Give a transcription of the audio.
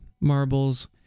marbles